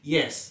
Yes